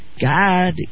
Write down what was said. God